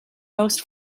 most